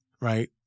right